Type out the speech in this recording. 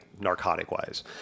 narcotic-wise